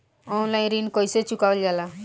Online ऋण कईसे चुकावल जाला?